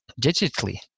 digitally